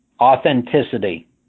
authenticity